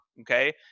okay